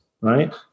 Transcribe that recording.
right